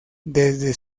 desde